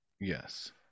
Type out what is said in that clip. Yes